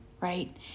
right